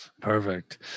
Perfect